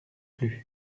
plus